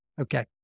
Okay